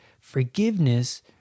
Forgiveness